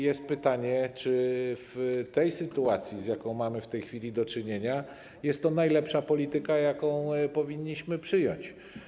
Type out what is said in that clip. Jest tylko pytanie czy w sytuacji, z jaką mamy w tej chwili do czynienia, jest to najlepsza polityka, jaką powinniśmy przyjąć.